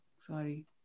sorry